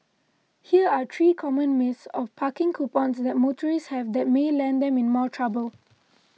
here are three common myths of parking coupons that motorists have that may land them in more trouble